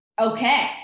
Okay